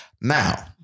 Now